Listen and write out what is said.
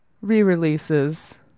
re-releases